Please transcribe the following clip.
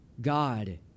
God